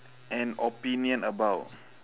an opinion about